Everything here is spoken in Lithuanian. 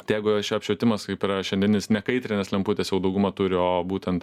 tai jeigu apšvietimas kaip yra šiandieninis ne kaitrines lemputes jau dauguma turi o būtent